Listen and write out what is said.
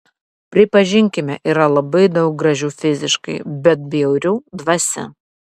pripažinkime yra labai daug gražių fiziškai bet bjaurių dvasia